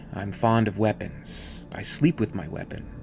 i'm fond of weapons. i sleep with my weapon.